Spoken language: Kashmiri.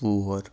کۄپوور